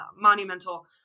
monumental